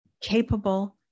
capable